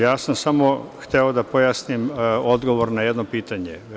Ja sam samo hteo da pojasnim odgovor na jedno pitanje.